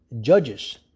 judges